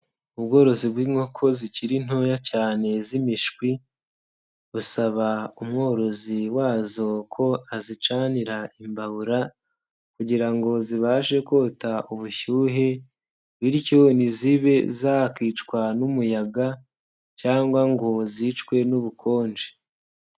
Ubworozi bw'inkoko zikiri ntoya cyane z'imishwi busaba umworozi wazo ko azicanira imbabura kugira ngo zibashe kota ubushyuhe bityo ntizibe zakicwa n'umuyaga, cyangwa ngo zicwe n'ubukonje.